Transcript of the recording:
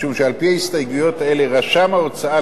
משום שעל-פי ההסתייגויות האלה רשם ההוצאה